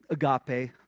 agape